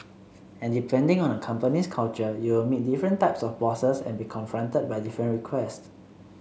and depending on a company's culture you will meet different types of bosses and be confronted by different requests